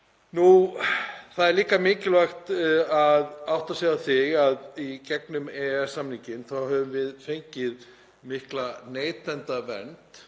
þær. Það er líka mikilvægt að átta sig á því að í gegnum EES-samninginn höfum við fengið mikla neytendavernd,